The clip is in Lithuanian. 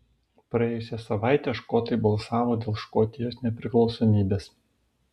praėjusią savaitę škotai balsavo dėl škotijos nepriklausomybės